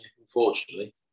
unfortunately